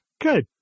good